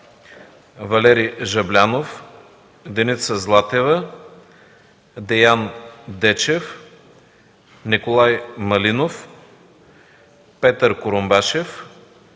Валери Жаблянов, Деница Златева, Деян Дечев, Николай Малинов, Петър Курумбашев,